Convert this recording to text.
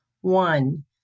one